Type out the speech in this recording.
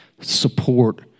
support